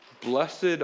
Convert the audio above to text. blessed